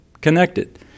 connected